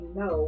no